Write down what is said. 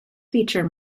feature